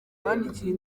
bandikiye